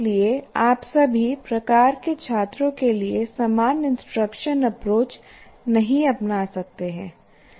इसलिए आप सभी प्रकार के छात्रों के लिए समान इंस्ट्रक्शनल अप्रोच नहीं अपना सकते हैं